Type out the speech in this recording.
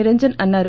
నిరంజన్ అన్నారు